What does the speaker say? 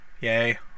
Yay